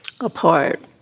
apart